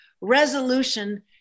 resolution